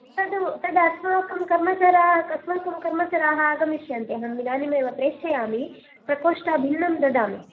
तद् तदस्माकं कर्मचराः अस्माकं कर्मचराः आगमिष्यन्ति अहमिदानीमेव प्रेषयामि प्रकोष्टं भिन्नं ददामि